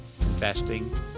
investing